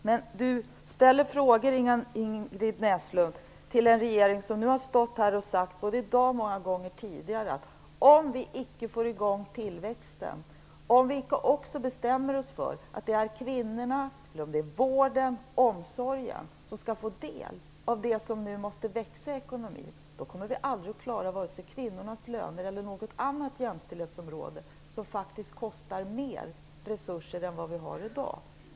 Men Ingrid Näslund ställer frågor till en regering som har sagt både i dag och många gånger tidigare att om vi icke får i gång tillväxten, om vi icke bestämmer oss för att det är kvinnorna, vården och omsorgen som skall få del av det som nu måste växa i ekonomin, kommer vi aldrig att klara vare sig kvinnornas löner eller något annat jämställdhetsområde, som faktiskt kostar mer resurser än vi har i dag.